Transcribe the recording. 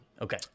Okay